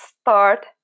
start